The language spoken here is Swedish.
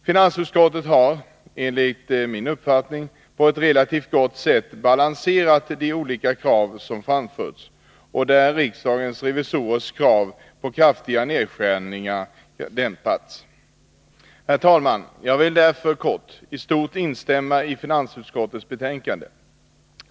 Finansutskottet har enligt min uppfattning på ett relativt bra sätt balanserat de olika krav som framförts och dämpat riksdagens revisorers krav på kraftiga nedskärningar. Herr talman! Jag vill i korthet i stort sett tillstyrka hemställan i finansutskottets betänkande.